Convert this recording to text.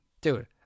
Dude